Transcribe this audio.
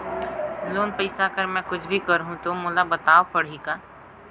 Loan पइसा कर मै कुछ भी करहु तो मोला बताव पड़ही का?